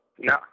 No